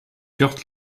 kurt